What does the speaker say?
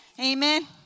amen